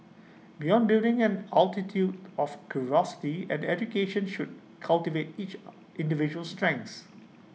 beyond building an altitude of curiosity and education should cultivate each individual's strengths